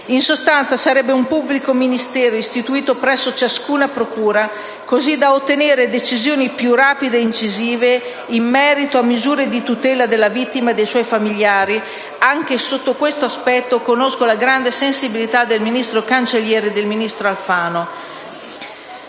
In sostanza, sarebbe un pubblico ministero istituito presso ciascuna procura, così da ottenere decisioni più rapide ed incisive in merito a misure di tutela della vittima e dei suoi famigliari. Anche sotto questo aspetto conosco la grande sensibilità del ministro Cancellieri e del ministro Alfano.